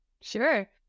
Sure